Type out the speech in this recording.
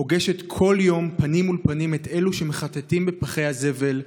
פוגשת בכל יום פנים מול פנים את אלו שמחטטים בפחי הזבל,